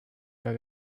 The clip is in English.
that